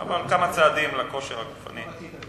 אבל כמה צעדים, לכושר הגופני.